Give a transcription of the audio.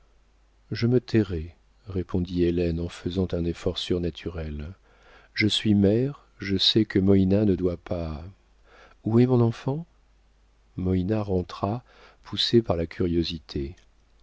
je me tairai répondit hélène en faisant un effort surnaturel je suis mère je sais que moïna ne doit pas où est mon enfant moïna rentra poussée par la curiosité